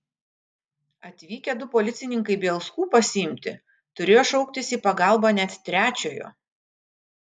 atvykę du policininkai bielskų pasiimti turėjo šauktis į pagalbą net trečiojo